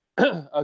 okay